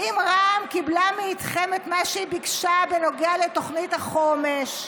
האם רע"מ קיבלה מאיתכם את מה שהיא ביקשה בנוגע לתוכנית החומש?